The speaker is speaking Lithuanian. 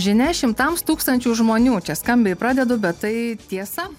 žinia šimtams tūkstančių žmonių čia skambiai pradedu bet tai tiesa